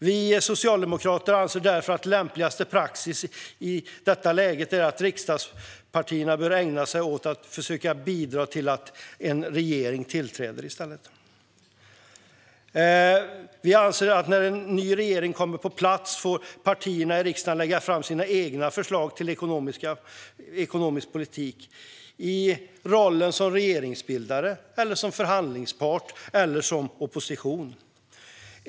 Vi socialdemokrater anser därför att lämpligaste praxis i detta läge är att riksdagspartierna i stället bör ägna sig åt att försöka bidra till att en regering tillträder. Vi anser att när en ny regering kommer på plats får partierna i riksdagen lägga fram sina egna förslag till ekonomisk politik i rollen som regeringsbildare, som förhandlingspart eller som opposition.